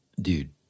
dude